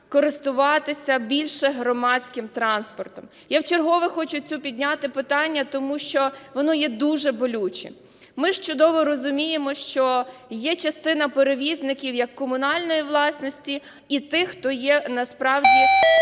користуватися більше громадським транспортом. Я вчергове хочу це підняти питання, тому що воно є дуже болючим. Ми ж чудово розуміємо, що є частина перевізників як комунальної власності, і тих, хто є насправді